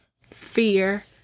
fear